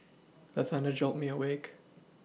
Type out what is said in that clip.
the thunder jolt me awake